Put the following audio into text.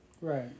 Right